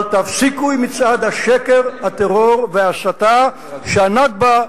אבל תפסיקו עם מצעד השקר, הטרור וההסתה שה"נכבה"